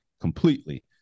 completely